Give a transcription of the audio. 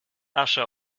asche